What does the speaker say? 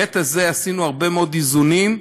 בהיבט הזה עשינו הרבה מאוד איזונים.